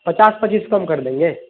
پچاس پچیس کم کر دیں گے